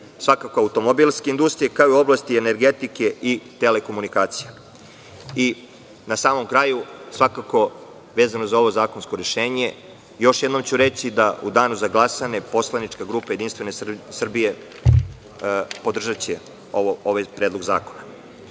svakako automobilske industrije, kao i u oblasti energetike i telekomunikacija. Na samom kraju, svakako vezano za ovo zakonsko rešenje, još jednom ću reći da u danu za glasanje poslanička grupe JS podržaće ovaj predlog zakona. Sada